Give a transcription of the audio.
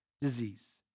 disease